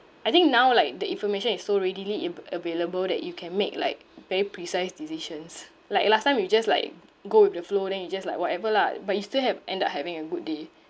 I think now like the information is so readily av~ available that you can make like very precise decisions like last time you just like go with the flow then you just like whatever lah but you still have end up having a good day